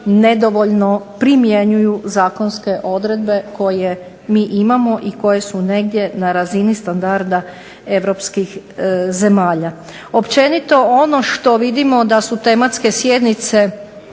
nedovoljno primjenjuju zakonske odredbe koje mi imamo i koje su negdje na razini standarda europskih zemalja. Općenito, ono što vidimo da su tematske sjednice